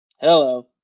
Hello